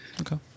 Okay